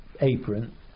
apron